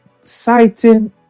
citing